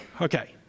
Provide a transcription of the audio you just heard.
Okay